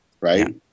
Right